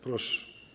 Proszę.